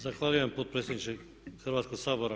Zahvaljujem potpredsjedniče Hrvatskog sabora.